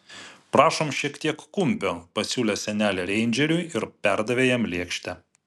prašom šiek tiek kumpio pasiūlė senelė reindžeriui ir perdavė jam lėkštę